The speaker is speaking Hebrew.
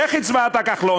איך הצבעת, כחלון?